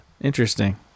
Interesting